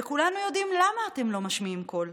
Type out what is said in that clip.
וכולנו יודעים למה אתם לא משמיעים קול.